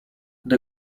gdy